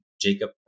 Jacob